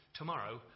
tomorrow